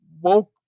woke